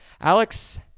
Alex